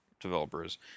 developers